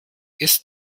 ist